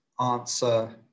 answer